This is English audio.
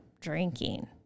drinking